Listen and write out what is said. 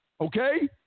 Okay